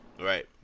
right